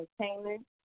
Entertainment